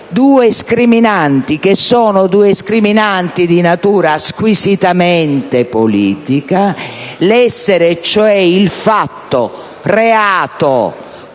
due scriminanti, che sono di natura squisitamente politica: l'essere cioè il fatto reato